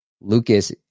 Lucas